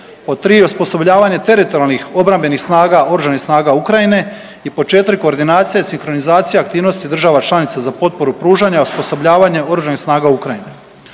pod 3, osposobljavanje teritorijalnih obrambenih snaga, oružanih snaga Ukrajine i pod 4, koordinacija i sinkronizacija aktivnosti država članica za potporu pružanja i osposobljavanje oružanih snaga Ukrajine.